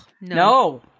no